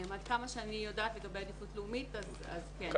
עד כמה שאני יודעת לגבי עדיפות לאומית, אז כן.